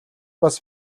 бас